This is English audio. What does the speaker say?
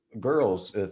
girls